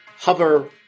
hover